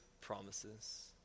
promises